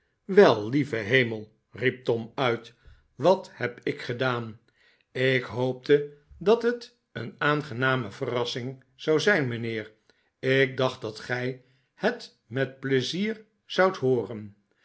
wel lieve hemel riep tom uit wat neb ik gedaan ik hoopte dat het een aangename verrassing zou zijn mijnheer ik dacht dat gij het met pleizier zoudt hooren